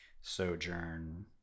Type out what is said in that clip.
sojourn